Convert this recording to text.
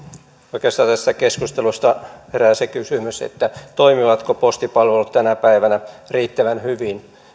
oikeastaan tästä keskustelusta herää se kysymys toimivatko postipalvelut tänä päivänä riittävän hyvin